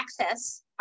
Access